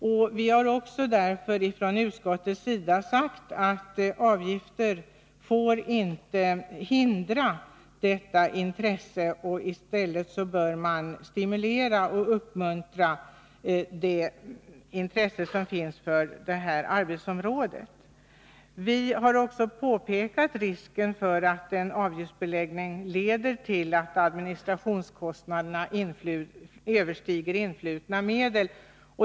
Utskottet har därför uttalat att avgifter inte får hindra detta intresse. I stället bör man stimulera och uppmuntra det intresse som finns på detta område. Utskottet har också påtalat risken för att en avgiftsbeläggning leder till att administrationskostnaderna överstiger influtna medel.